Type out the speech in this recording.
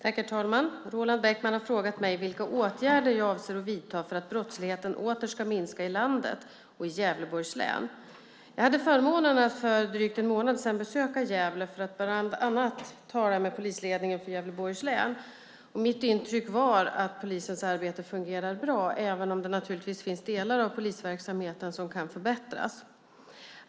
Herr talman! Roland Bäckman har frågat mig vilka åtgärder jag avser att vidta för att brottsligheten åter ska minska i landet och i Gävleborgs län. Jag hade förmånen att för drygt en månad sedan besöka Gävle för att bland annat tala med polisledningen för Gävleborgs län. Mitt intryck var att polisens arbete fungerar bra även om det naturligtvis finns delar av polisverksamheten som kan förbättras.